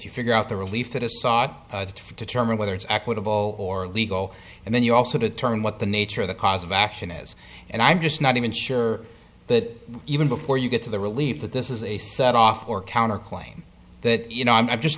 you figure out the relief that a sought to determine whether it's equitable or legal and then you also determine what the nature of the cause of action is and i'm just not even sure that even before you get to the relief that this is a set off or counterclaim that you know i'm